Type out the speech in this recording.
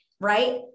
right